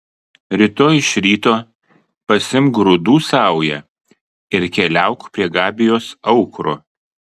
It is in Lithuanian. rytoj iš ryto pasiimk grūdų saują ir keliauk prie gabijos aukuro